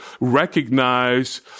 recognize